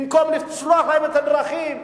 במקום לפתוח להם את הדרכים,